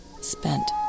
spent